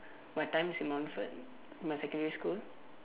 my times in Montfort my secondary school